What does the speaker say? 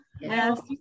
Yes